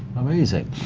amazing.